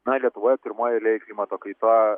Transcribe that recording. na lietuvoje pirmoj eilėj klimato kaita